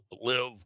live